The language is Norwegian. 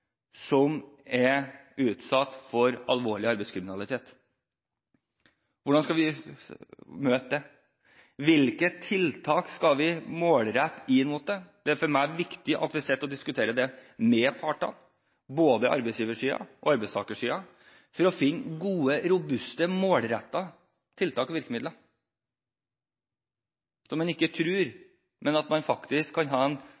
som er utsatt for alvorlig arbeidskriminalitet. Hvordan skal vi møte det? Hvilke tiltak skal vi rette inn mot det? For meg er det viktig at vi setter oss ned og diskuterer det med partene, både arbeidsgiversiden og arbeidstakersiden, for å finne gode, robuste, målrettede tiltak og virkemidler, sånn at man ikke tror, men at man faktisk kan ha en